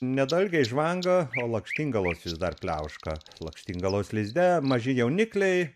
ne dalgiai žvanga o lakštingalos vis dar pliauška lakštingalos lizde maži jaunikliai